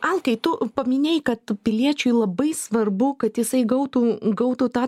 alkai tu paminėjai kad piliečiui labai svarbu kad jisai gautų gautų tą